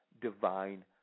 divine